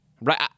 right